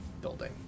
building